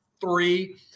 three